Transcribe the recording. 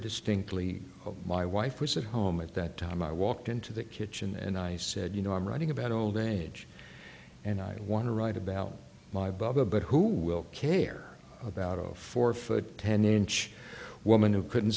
distinctly my wife was at home at that time i walked into the kitchen and i said you know i'm writing about old age and i want to write about my baba but who will care about oh four foot ten inch woman who couldn't